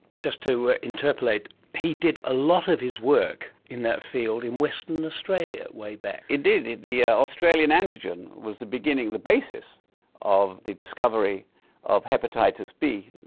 just to ah interpolate, he did a lot of his work in that field in western australia way back. he did. the the australian antigen was the beginning, the basis of the discovery of hepatitis b,